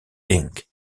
inc